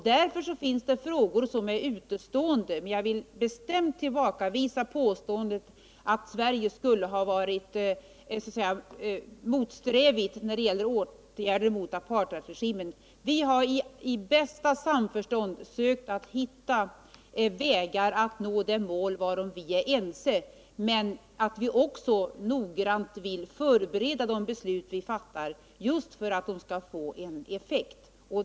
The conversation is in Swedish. Därför finns det frågor som vi ännu inte tagit ställning till, men jag vill bestämt tillbakavisa påståendet att Sverige skulle ha varit motsträvigt när det gäller åtgärder mot apartheidregimen. Vi har i bästa samförstånd försökt att hitta vägar för att nå de mål varom vi är ense. Men vi vill noggrant förbereda de beslut vi fattar just för att de skall få en god effekt.